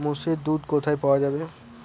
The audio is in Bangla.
মোষের দুধ কোথায় পাওয়া যাবে?